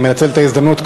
אני מנצל את ההזדמנות,